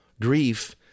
Grief